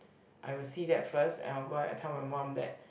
I will see that first and I'll go back I tell my mum that